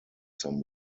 some